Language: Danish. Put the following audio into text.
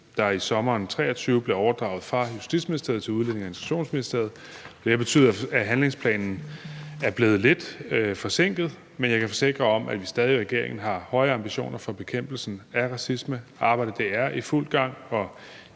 der i sommeren 2023 blev overdraget fra Justitsministeriet til Udlændinge- og Integrationsministeriet. Det har betydet, at handlingsplanen er blevet lidt forsinket, men jeg kan forsikre om, at vi i regeringen stadig har høje ambitioner for bekæmpelsen af racisme. Arbejdet er i fuld gang,